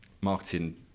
marketing